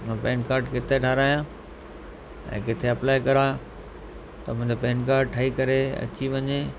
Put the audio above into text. मां PAN card किथे ठाहिरायां ऐं किथे अप्लाए कयां त मुंहिंजो पैन कार्ड ठही करे अची वञे